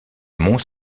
mont